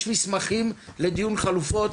יש מסמכים לדיון חלופות?